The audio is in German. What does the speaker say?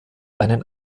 einen